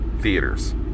theaters